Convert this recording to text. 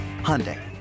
Hyundai